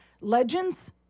Legends